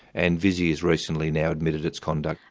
and visy has recently now admitted its conduct.